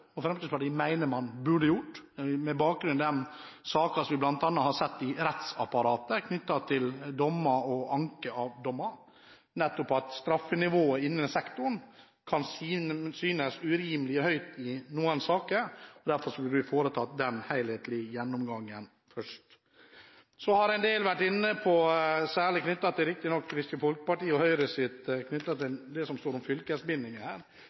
med bakgrunn i de sakene vi bl.a. har sett i rettsapparatet knyttet til dommer og anker av dommer, hvor straffenivået innen sektoren kan synes urimelig høyt i noen saker, mener Fremskrittspartiet at man burde ha foretatt den helhetlige gjennomgangen først. Så har en del vært inne på det som står om fylkesbindinger – riktignok særlig knyttet til Kristelig Folkeparti og Høyre. Det som dreier seg om fylkesbindinger, knytter seg til